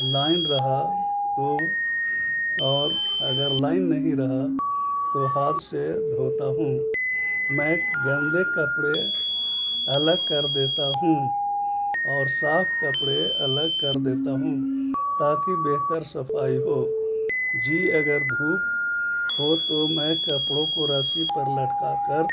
line رہا تو اور اگر لائن نہیں رہا تو ہاتھ سے دھوتا ہوں میں گندے کپڑے الگ کر دیتا ہوں اور صاف کپڑے الگ کر دیتا ہوں تاکہ بہتر صفائی ہو جی اگر دھوپ ہو تو میں کپڑوں کو رسی پر لٹکا کر